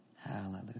Hallelujah